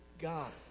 God